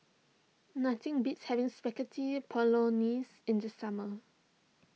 nothing beats having Spaghetti Bolognese in the summer